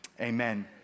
Amen